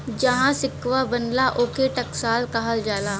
जहाँ सिक्कवा बनला, ओके टकसाल कहल जाला